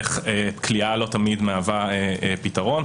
איך כליאה לא תמיד מהווה פתרון.